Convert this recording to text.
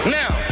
now